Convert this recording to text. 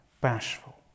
bashful